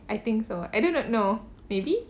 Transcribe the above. I think so I do not know maybe